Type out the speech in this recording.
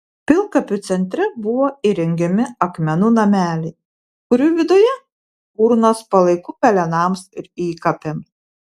pilkapių centre buvo įrengiami akmenų nameliai kurių viduje urnos palaikų pelenams ir įkapėms